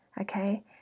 okay